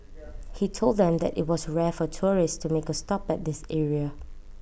he told them that IT was rare for tourists to make A stop at this area